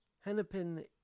Hennepin